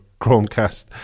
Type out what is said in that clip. chromecast